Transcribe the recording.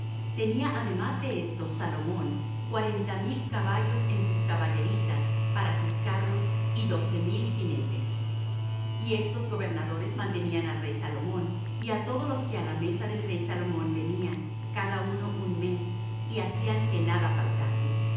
tenía además de esto salomón cuarenta mil caballos en sus caballerizas para sus carros y doce mil jinetes y estos gobernadores mantenían al rey salomón y á todos los que á la mesa del rey salomón venían cada uno un mes y hacían que nada faltase